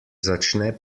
začne